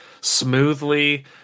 smoothly